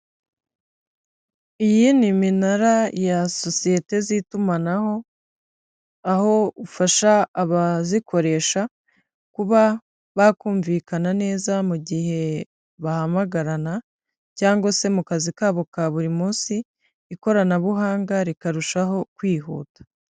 Iyi ni iminara ya sosiyete z'itumanaho, aho ufasha abazikoresha kuba bakumvikana neza mu gihe bahamagarana cyangwa se mu kazi kabo ka buri munsi, ikoranabuhanga rikarushaho kwihuta.